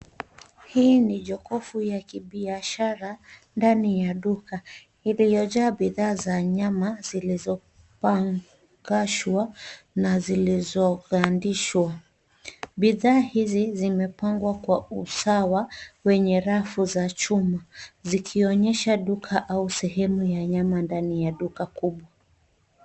Hii ni jokofu ya kibiashara, ndani ya duka, iliyojaa bidhaa za nyama, zilizopangashwa na zilizogandishwa. Bidhaa hizi, zimepangwa kwa usawa, wenye rafu za chuma, zikionyesha duka au sehemu ya nyama ndani ya duka kubwa.